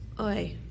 Oi